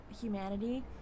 humanity